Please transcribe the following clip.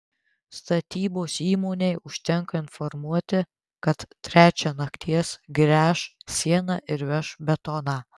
statybos įmonei užtenka informuoti kad trečią nakties gręš sieną ir veš betoną